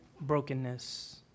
brokenness